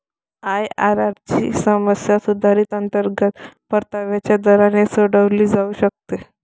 IRR ची समस्या सुधारित अंतर्गत परताव्याच्या दराने सोडवली जाऊ शकते